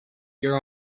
your